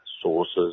sources